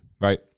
right